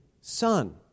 son